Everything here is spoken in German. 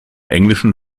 englischen